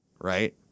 Right